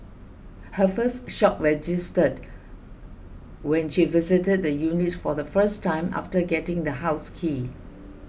her first shock registered when she visited the unit for the first time after getting the house key